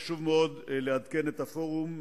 חשוב מאוד לעדכן את הפורום,